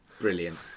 Brilliant